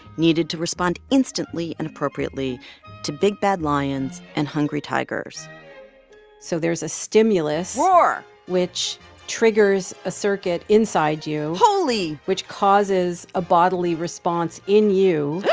needed to respond instantly and appropriately to big bad lions and hungry tigers so there's a stimulus. roar. which triggers a circuit inside you. holy. which causes a bodily response in you.